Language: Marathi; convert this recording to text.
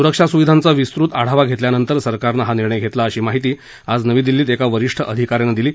सुरक्षा सुविधांचा विस्तृत आढावा घेतल्यानंतर सरकारनं हा निर्णय घेतला अशी माहिती आज नवी दिल्लीत एका वरिष्ठ अधिकाऱ्यांनं दिली